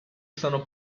sono